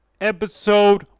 Episode